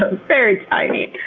ah very tiny!